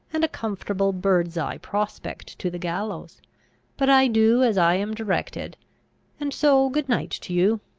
and a comfortable bird's eye prospect to the gallows but i do as i am directed and so good night to you!